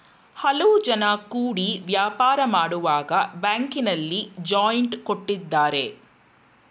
ಹಲವು ಜನ ಕೂಡಿ ವ್ಯಾಪಾರ ಮಾಡುವಾಗ ಬ್ಯಾಂಕಿನಲ್ಲಿ ಜಾಯಿಂಟ್ ಕೊಟ್ಟಿದ್ದಾರೆ